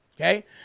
Okay